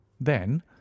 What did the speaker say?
Then